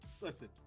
listen